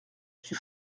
suis